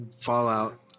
Fallout